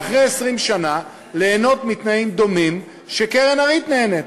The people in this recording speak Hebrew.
ואחרי 20 שנה ליהנות מתנאים דומים שקרן הריט נהנית,